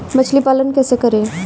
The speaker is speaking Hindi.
मछली पालन कैसे करें?